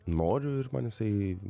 noriu ir man jisai